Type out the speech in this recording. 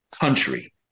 country